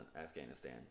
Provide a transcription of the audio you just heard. Afghanistan